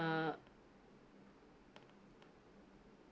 err